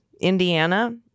Indiana